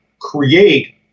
create